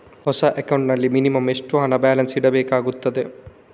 ಹೊಸ ಅಕೌಂಟ್ ನಲ್ಲಿ ಮಿನಿಮಂ ಎಷ್ಟು ಹಣ ಬ್ಯಾಲೆನ್ಸ್ ಇಡಬೇಕಾಗುತ್ತದೆ?